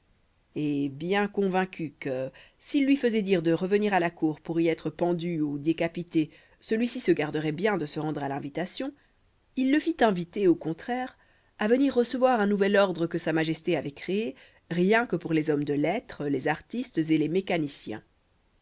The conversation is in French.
et bien convaincu que s'il lui faisait dire de revenir à la cour pour y être pendu ou décapité celui-ci se garderait bien de se rendre à l'invitation il le fit inviter au contraire à venir recevoir un nouvel ordre que sa majesté avait créé rien que pour les hommes de lettres les artistes et les mécaniciens